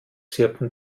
zirpen